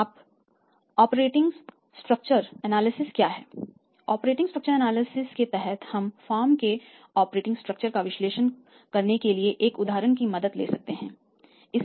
अब operating structure analysis क्या है ऑपरेटिंग स्ट्रक्चर एनालिसिस के तहत हम फर्म के ऑपरेटिंग स्ट्रक्चर का विश्लेषण करने के लिए एक उदाहरण की मदद ले सकते हैं